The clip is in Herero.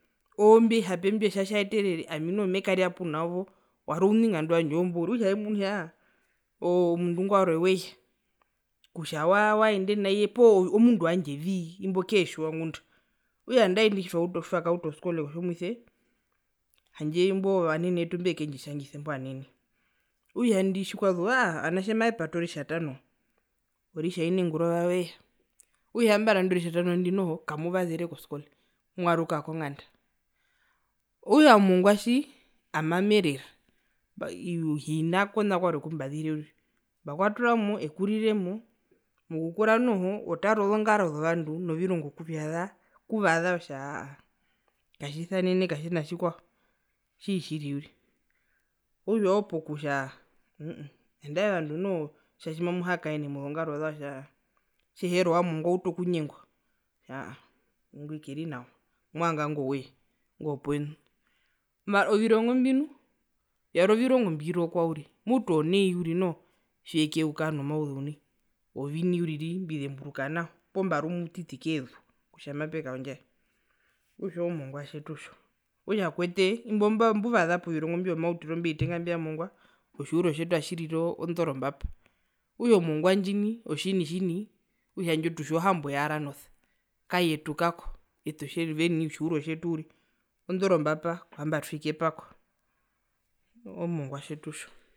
Oombio vihape mbio otja tjaeterere ami noho mekarya pwenawo wari ouningandu wandje oombo uriri okutja eemunu kutja aa omundu ingo warwe weya kutja wa wa waende naiye poo mundu wandje vii imbo keetjiwa okutja nandae indi tjitwauta oskole kotjomuise handje imbo vanene vetu ombekendjitjangisa imbo vanene, okutja indi tji kwazu aa ovanatje mavepata oritjatano, oritjaine ngurova veya okutja ambara indi oritjatano ndi noho kamuvasere koskole mwaaruka konganda, okutja omongua tji ami owami erera hina kona kwarwe kumbazire uriri mbakwaterwamo ekuriremo mokukura noho otara ozongaro zovandu novirongo kuvyaza kuvaza otja aa aa katjisanene katjina tjikwao tjiri tjiri uriri okutja oopokutja nandae ovandu noho tjimamuhakaene mozongaro zao otja tjeheri owa mongua outu okunyengwa aa aaa ingwi keri nawa movanga ingowoye ingo wopoyenu, ovirongo mbi vyari ovirongo mbirokwa uriri mutu onai uriri noho tjiyekukaa nomauzeu nai ovini uriri mbizemburuka nao poo mbari omutiti kutja mapekaondjaye okutja oo mongua tjetu tjo, okutja kwete imba mbaza povirongo imbi vyomautiro mbi ovitenga mbi vyamongua otjihuro tjetu atjirire onderombapa okutja o mongua ndjini otjini tjini okutja ndjo tutja ohambo yaa aranosa kayetu kako ete oveni otjihuro tjetu onderombapa kuzambo atwii kepako.